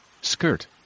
skirt